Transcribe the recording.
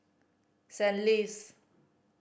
St Ives